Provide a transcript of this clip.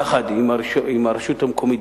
יחד עם הרשות המקומית,